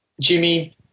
Jimmy